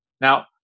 Now